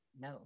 no